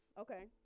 okay